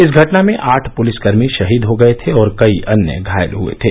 इस घटना में आठ पुलिसकर्मी शहीद हो गए थे और कई अन्य घायल हए थे